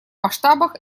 масштабах